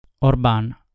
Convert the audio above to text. Orban